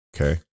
Okay